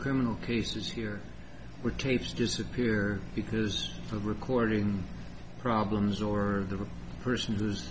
criminal cases here were tapes disappear because the recording problems or the person who's